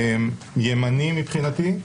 ימני מבחינתי,